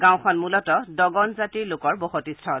গাঁওখন মূলতঃ দগন জাতিৰ লোকৰ বসতিস্থল